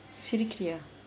சிரிக்கிறியா:sirikiriyaa